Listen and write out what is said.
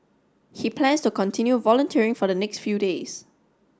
he plans to continue volunteering for the next few days